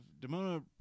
Demona